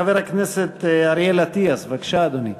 חבר הכנסת אריאל אטיאס, בבקשה, אדוני.